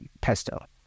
Pesto